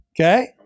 Okay